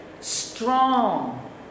strong